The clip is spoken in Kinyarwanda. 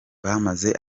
bamaze